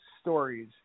stories